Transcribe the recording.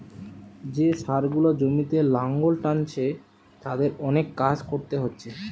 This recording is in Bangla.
যে ষাঁড় গুলা জমিতে লাঙ্গল টানছে তাদের অনেক কাজ কোরতে হচ্ছে